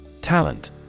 Talent